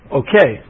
okay